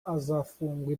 azafungwa